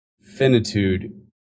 finitude